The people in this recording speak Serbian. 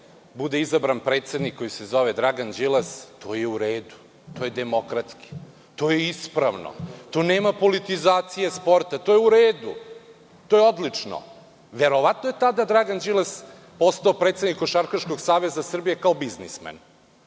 bude izabran predsednik koji se zove Dragan Đilas, to je u redu, to je demokratski, to je ispravno, tu nema politizacije sporta, to je u redu, to je odlično. Verovatno je tada Dragan Đilas ostao predsednik Košarkaškog saveza Srbije kao bizmismen,